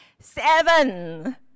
Seven